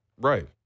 Right